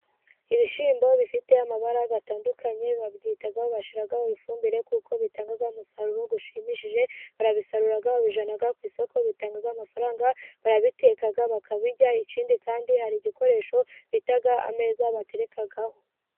Ibishyimbo bifite amabara atandukanye babyitaho bashyiraho ifumbire ,kuko bitanga umusaruro ushimishije barabisarura babijyana ku isoko bitanga amafaranga, barabiteka bakabirya, ikindi kandi hari igikoresho bita ameza baterekaho.